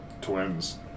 twins